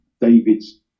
David's